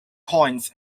coins